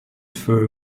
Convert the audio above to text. fur